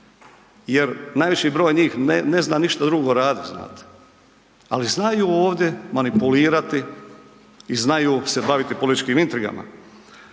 jer najveći broj njih ne zna ništa drugo radit, znate ali znaju ovdje manipulirati i znaju se baviti političkim intrigama.